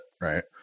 Right